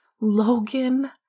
Logan